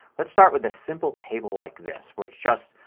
let's start with a simple table like this where it's just